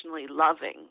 loving